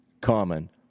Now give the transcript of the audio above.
common